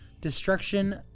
destruction